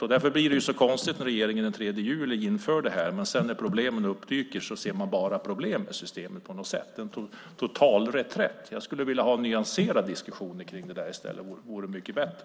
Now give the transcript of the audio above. Därför blev det så konstigt när regeringen den 3 juli införde detta, och när problemen sedan dyker upp ser man bara problem med systemet. Det är en total reträtt. Jag skulle vilja ha en nyanserad diskussion om detta. Det vore mycket bättre.